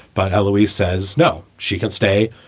but allawi says, no, she can stay.